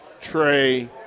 Trey